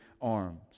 arms